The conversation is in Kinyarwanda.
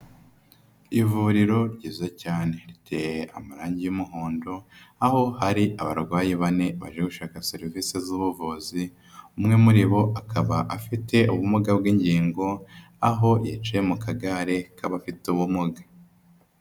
Ivuriro ryiza cyane, riteye amarangi y'umuhondo, aho hari abarwayi bane baje gushaka serivisi z'ubuvuzi, umwe muri bo akaba afite ubumuga bw'ingingo, aho yicaye mu kagare k'abafite ubumuga.